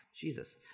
Jesus